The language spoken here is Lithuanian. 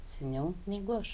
seniau negu aš